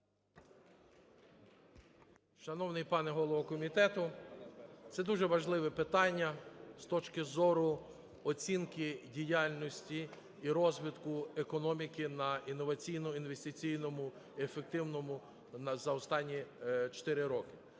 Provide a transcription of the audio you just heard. Шановний пане голово комітету, це дуже важливе питання з точки зору оцінки діяльності і розвитку економіки на інноваційно-інвестиційному і ефективному за останні 4 роки.